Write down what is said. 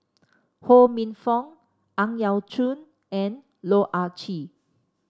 Ho Minfong Ang Yau Choon and Loh Ah Chee